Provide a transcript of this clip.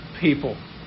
people